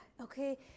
okay